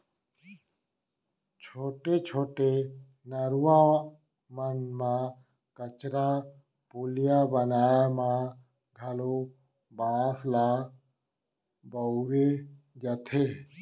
छोटे छोटे नरूवा मन म कच्चा पुलिया बनाए म घलौ बांस ल बउरे जाथे